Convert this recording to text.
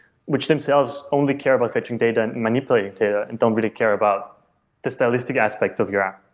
which themselves only care about fetching data and manipulating data and don't really care about the stylistic aspect of your app,